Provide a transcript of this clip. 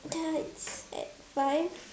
that's at five